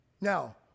Now